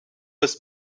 was